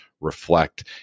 reflect